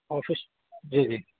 office جی جی